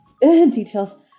Details